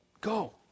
go